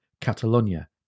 Catalonia